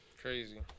Crazy